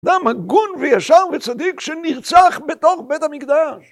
אדם הגון וישר וצדיק שנרצח בתוך בית המקדש.